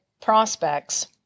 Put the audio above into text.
prospects